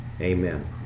Amen